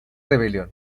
rebelión